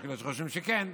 יש כאלה שחושבים שכן,